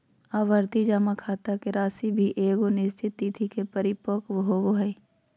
आवर्ती जमा खाता के राशि भी एगो निश्चित तिथि के परिपक्व होबो हइ